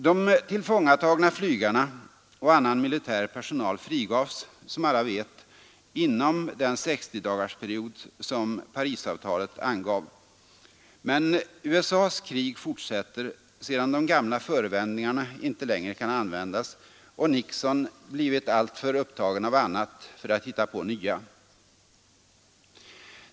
De tillfångatagna flygarna och annan militär personal frigavs, som alla vet, inom den 60-dagarsperiod som Parisavtalet angav. Men USA ss krig fortsätter sedan de gamla förevändningarna inte längre kan användas och Nixon blivit alltför upptagen av annat för att hitta på nya.